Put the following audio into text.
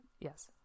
Yes